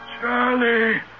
Charlie